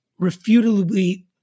refutably